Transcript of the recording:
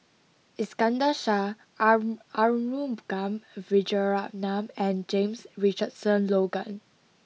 Iskandar Shah Aru Arumugam Vijiaratnam and James Richardson Logan